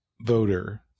voter